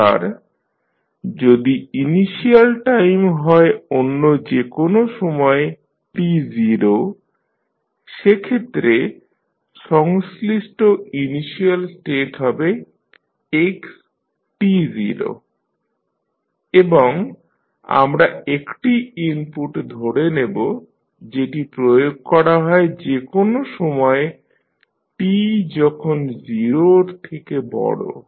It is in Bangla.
এবার যদি ইনিশিয়াল টাইম হয় অন্য যে কোন সময় t0 সেক্ষেত্রে সংশ্লিষ্ট ইনিশিয়াল স্টেট হবে x এবং আমরা একটি ইনপুট ধরে নেব যেটি প্রয়োগ করা হয় যে কোন সময় t যখন 0 এর থেকে বড়